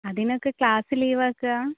അതിനൊക്കെ ക്ലാസ് ലീവാക്കാ